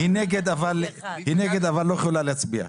היא נגד, אבל היא לא יכולה להצביע.